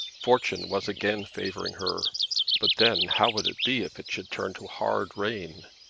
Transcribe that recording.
fortune was again favouring her but then how would it be if it should turn to hard rain?